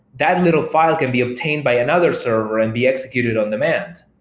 that little file can be obtained by another server and be executed on demand.